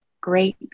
great